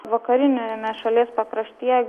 vakariniame šalies pakraštyje